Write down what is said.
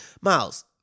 Miles